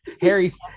Harry's